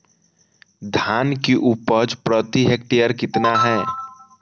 धान की उपज प्रति हेक्टेयर कितना है?